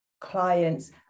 clients